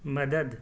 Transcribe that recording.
مدد